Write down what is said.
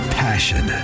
passion